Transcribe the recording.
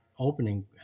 opening